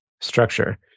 structure